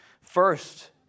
First